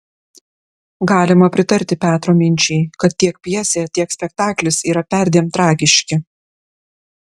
galima pritarti petro minčiai kad tiek pjesė tiek spektaklis yra perdėm tragiški